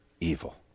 evil